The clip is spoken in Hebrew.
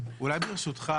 אולי ברשותך,